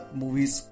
movies